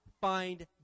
find